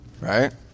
right